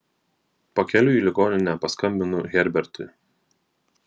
pakeliui į ligoninę paskambinu herbertui